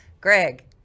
Greg